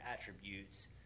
attributes